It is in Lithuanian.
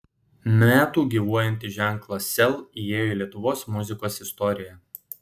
metų gyvuojantis ženklas sel įėjo į lietuvos muzikos istoriją